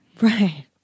right